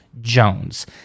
Jones